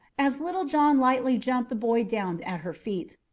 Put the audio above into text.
as little john lightly jumped the boy down at her feet.